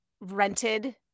rented